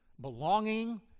belonging